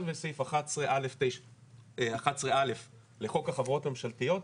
ויש סעיף 11א' לחוק החברות הממשלתיות,